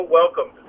welcome